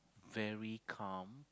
very calm